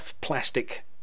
plastic